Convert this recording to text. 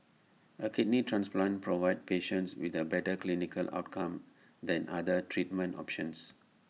A kidney transplant provides patients with A better clinical outcome than other treatment options